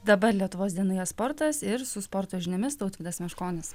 dabar lietuvos dienoje sportas ir su sporto žiniomis tautvydas meškonis